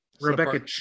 Rebecca